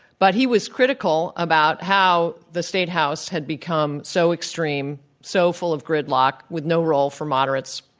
but he was critical about how the state house had become so extreme, so full of gridlock, with no role for moderates.